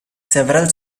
several